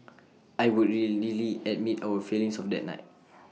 I would readily admit our failings of that night